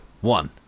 One